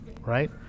right